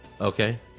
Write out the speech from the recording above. Okay